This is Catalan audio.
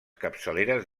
capçaleres